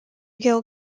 gill